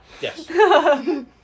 Yes